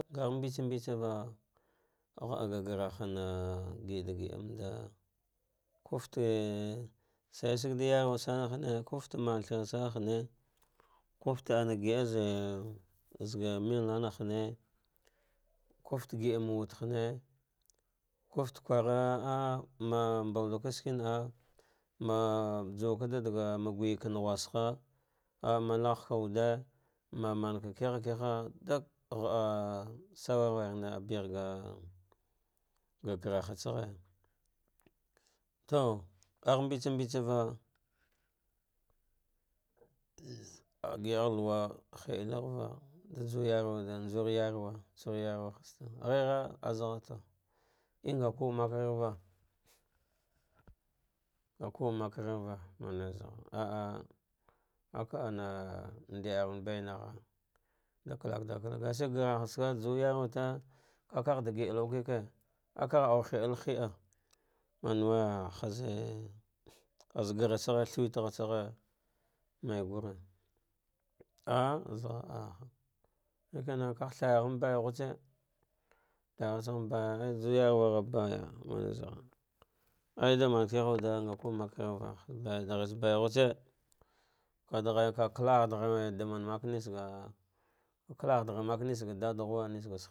Ngagha mbetsa mbetsava ghaɗa ga garah hana giɗagiɗamanv kufte sayesa gola yanwa ana hene, kufta manthra san hine kufta ana giɗaze gh melnana ghine kufte giɗamu wude hine kuftee kwara aa man babluka skike naa mauwa kade magu yaka mghusha malahaka wude mamam ka kiha kiha ɗike ghade shiwernwermia behgha grahetse ghe to ngah mbtetsa mbetsava gi ahgh luw a henava injur yarwe ɗa jaw yarwe wuɗe shig e gheghe azathta imga kude mawe ghe gheva ngavude maka gheghiva manewe zaghe ah aknɗi a run baina gha da kalbla harkal gashiri grahartsa jwa va yarweta ɗagiah wuka kike akagh au here head manewe hegh hagh gratsaghs thawetghatsagh mai guru ag zaghe, shikin kagh thra gha n baighutse thraghatsaghen baigu tse ghe ghe juw yarwa ghe baiya arbaighutse ka da ghaya ka kaigdragh damine kalghoɗrah make nish ga ɗava ghiwa makenish ga.